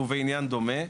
ובעניין דומה,